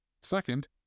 Second